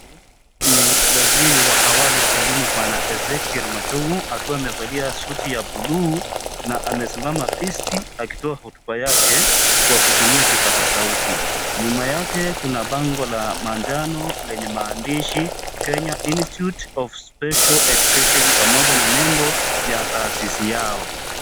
Ni waziri wa awali wa elimu bwana (cs)Ezekiel Machogu(cs)akiwa amevalia suti ya buluu na amesimama tisti akitoa hotuba yake kwa kutumia kipasa sauti, nyuma yake kuna bango la manjano lenye maandishi (cs)Kenya Intitute of Special Education(cs) na nembo ya taasisi yao.